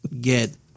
get